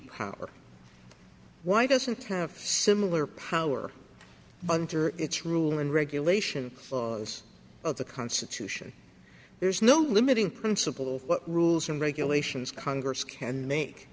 power why doesn't have similar power under its rule and regulation of the constitution there's no limiting principle what rules and regulations congress can make